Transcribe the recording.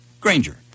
Granger